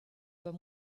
pas